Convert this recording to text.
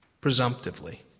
presumptively